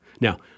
Now